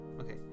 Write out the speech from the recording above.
okay